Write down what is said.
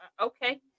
Okay